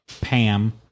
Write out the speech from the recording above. Pam